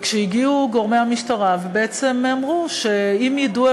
כשהגיעו גורמי המשטרה ובעצם אמרו שאם יידוי